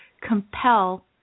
compel